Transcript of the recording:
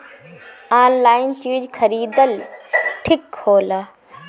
Online चीज खरीदल ठिक होला?